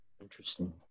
Interesting